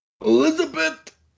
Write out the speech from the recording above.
Elizabeth